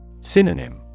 Synonym